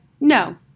No